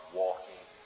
walking